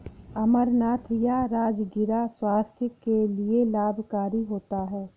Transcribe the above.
अमरनाथ या राजगिरा स्वास्थ्य के लिए लाभकारी होता है